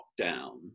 lockdown